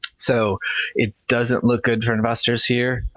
so it doesn't look good for investors here.